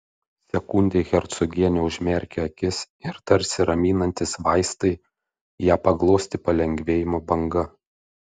sekundei hercogienė užmerkė akis ir tarsi raminantys vaistai ją paglostė palengvėjimo banga